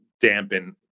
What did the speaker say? dampen